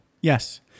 Yes